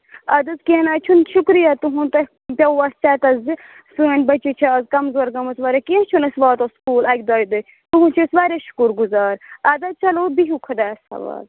اَدٕ حظ کیٚنٛہہ نا حظ چھُنہٕ شُکریا تُہُنٛد تہٕ دیٚوٕ وٹٕس ایٚپ ہیٛوٗ کٔرۍزِ سٲنۍ بچی چھ اَز کمزور گٲمٕژ واریاہ کیٚنٛہہ چھُنہٕ أسۍ واتو سکوٗل اکہِ دویہِ دۄہۍ تُہُنٛد چھِ أسۍ واریاہ شُکُر گُزار اَدٕ حظ چلو بِہِو خۄدایس حوال